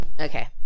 Okay